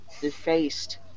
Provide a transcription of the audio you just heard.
defaced